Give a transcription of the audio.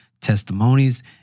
testimonies